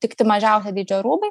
tikti mažiausio dydžio rūbai